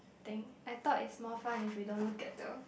thing I thought is more fun if we don't look at the